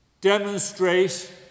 demonstrate